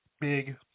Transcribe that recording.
big